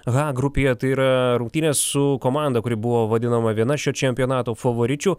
h grupėje tai yra rungtynės su komanda kuri buvo vadinama viena šio čempionato favoričių